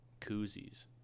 koozies